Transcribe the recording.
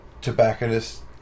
tobacconist